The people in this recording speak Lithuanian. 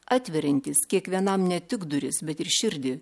atveriantys kiekvienam ne tik duris bet ir širdį